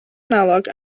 analog